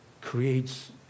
Creates